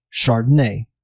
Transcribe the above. Chardonnay